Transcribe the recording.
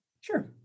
Sure